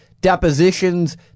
depositions